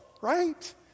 right